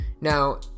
now